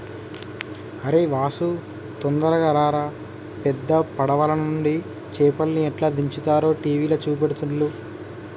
అరేయ్ వాసు తొందరగా రారా పెద్ద పడవలనుండి చేపల్ని ఎట్లా దించుతారో టీవీల చూపెడుతుల్ను